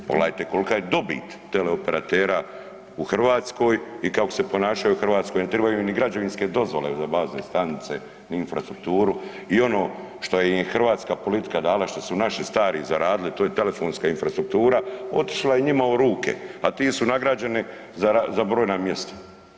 Pogledajte kolika je dobit teleoperatera u Hrvatskoj i kako se ponašaju u Hrvatskoj, ne trebaju im niti građevinske dozvole za bazne stanice ni infrastrukturu i ono što je im je hrvatska politika dala, što su naši stari zaradili, to je telefonska infrastruktura, otišla je njima u ruke, a ti su nagrađeni za brojna mjesta.